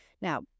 Now